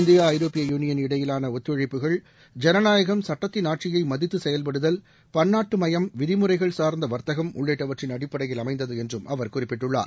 India ஐரோப்பிய union இடையிலான ஒத்துழைப்புகள் ஜனநாயகம் சுட்டத்தின் ஆட்சியை மதித்து செயல்படுதல் பன்னாட்டுமயம் விதிமுறைகள் சார்ந்த வர்த்தகம் உள்ளிட்டவற்றின் அடிப்படையில் அமைந்தது என்றும் அவர் குறிப்பிட்டுள்ளார்